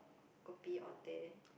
kopi Or teh